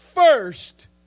First